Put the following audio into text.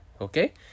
okay